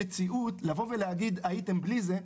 לבוא ולהגיד: הייתם בלי זה,